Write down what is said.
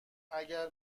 اگر